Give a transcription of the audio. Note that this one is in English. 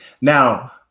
Now